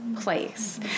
place